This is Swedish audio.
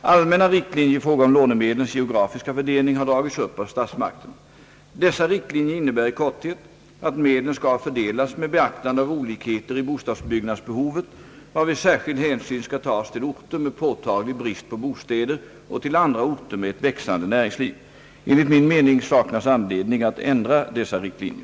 Allmänna riktlinjer i fråga om lånemedlens geografiska fördelning har dragits upp av statsmakterna. Dessa riktlinjer innebär i korthet att medlen skall fördelas med beaktande av olikheter i bostadsbyggnadsbehovet, varvid särskild hänsyn skall tas till orter med påtaglig brist på bostäder och till andra orter med ett växande näringsliv. Enligt min mening saknas anledning att ändra dessa riktlinjer.